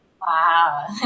Wow